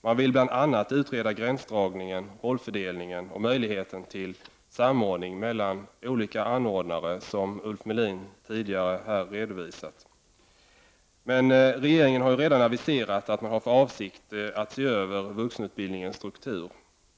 Man vill bl.a. utreda gränsdragningen, rollfördelningen och möjligheten till samordning mellan olika anordnare, som Ulf Melin tidigare redovisade här. Men regeringen har ju redan aviserat att man har för avsikt att se över vuxenutbildningens struktur.